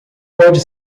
pode